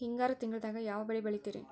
ಹಿಂಗಾರು ತಿಂಗಳದಾಗ ಯಾವ ಬೆಳೆ ಬೆಳಿತಿರಿ?